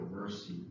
mercy